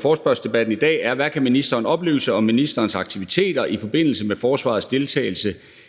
forespørgselsdebatten i dag er: »Hvad kan ministeren oplyse om ministerens aktiviteter i forbindelse med forsvarets deltagelse